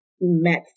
met